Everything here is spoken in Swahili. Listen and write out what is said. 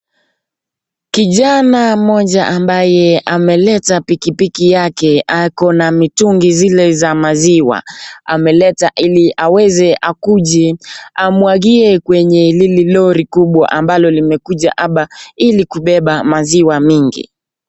Kijana mmoja ambaye ameleta pikipiki yake ako na mitungi zile za maziwa ameleta ili aweze akuje amwagie kwenye hili lori kubwa ambalo limekuja hapa ili kubeba maziwa mingi.